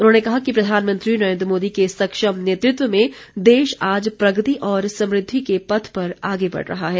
उन्होंने कहा कि प्रधानमंत्री नरेन्द्र मोदी के सक्षम नेतृत्व में देश आज प्रगति और स्मृद्धि के पथ पर आगे बढ़ रहा है